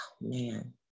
man